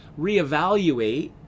reevaluate